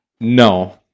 No